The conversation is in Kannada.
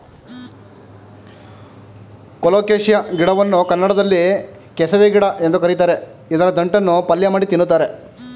ಕೊಲೋಕೆಶಿಯಾ ಗಿಡವನ್ನು ಕನ್ನಡದಲ್ಲಿ ಕೆಸವೆ ಗಿಡ ಎಂದು ಕರಿತಾರೆ ಇದರ ದಂಟನ್ನು ಪಲ್ಯಮಾಡಿ ತಿನ್ನುತ್ತಾರೆ